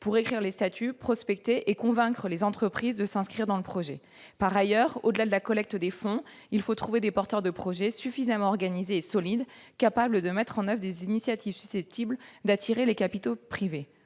pour écrire les statuts, prospecter et convaincre les entreprises de s'inscrire dans le projet. Par ailleurs, au-delà de la collecte des dons, il faut trouver des porteurs de projets suffisamment organisés et solides, capables de mettre en oeuvre des initiatives susceptibles d'attirer les capitaux privés.